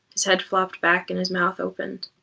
his head flopped back and his mouth opened.